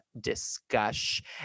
discussion